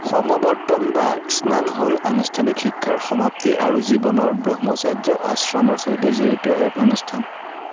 সমৱৰ্তন বা স্নান হ'ল আনুষ্ঠানিক শিক্ষাৰ সমাপ্তি আৰু জীৱনৰ ব্ৰহ্মচাৰ্য্য আশ্ৰমৰ সৈতে জড়িত এক অনুষ্ঠান